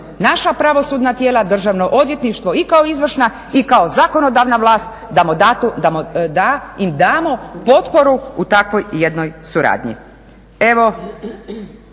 naša pravosudna tijela, državno odvjetništvo i kao izvršna i kao zakonodavna vlast da im damo potporu u takvoj jednoj suradnji.